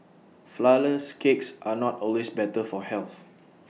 Flourless Cakes are not always better for health